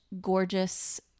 gorgeous